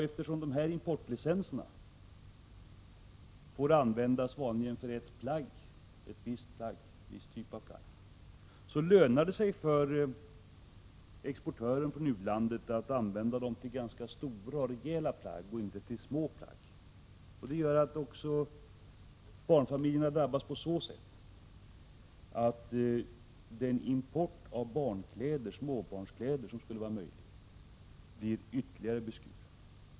Eftersom importlicenserna vanligen får användas för en viss typ av plagg lönar det sig för exportören från u-landet att använda licenserna för stora, rejäla plaggoch — Prot. 1986/87:114 inte för små plagg. Det gör att barnfamiljerna drabbas också på så sätt attden — 30 april 1987 import av småbarnskläder som skulle vara möjlig blir ytterligare beskuren.